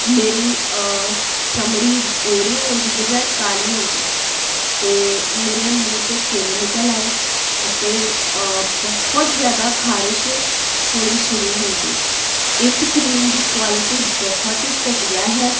ਮੇਰੀ ਚਮੜੀ ਗੋਰੀ ਹੋਣ ਦੀ ਬਜਾਏ ਕਾਲੀ ਹੋ ਗਈ ਅਤੇ ਮੇਰੇ ਮੂੰਹ 'ਤੇ ਕਿੱਲ ਨਿਕਲ ਆਏ ਅਤੇ ਬਹੁਤ ਜ਼ਿਆਦਾ ਖਾਰਿਸ਼ ਹੋਣੀ ਸ਼ੁਰੂ ਹੋ ਗਈ ਇਸ ਕ੍ਰੀਮ ਦੀ ਕੁਆਲਿਟੀ ਬਹੁਤ ਹੀ ਘਟੀਆ ਹੈ